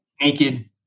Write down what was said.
naked